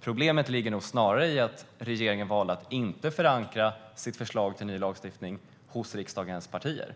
Problemet ligger snarare i att regeringen valde att inte förankra sitt förslag till ny lagstiftning hos riksdagens partier.